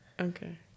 Okay